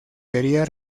debía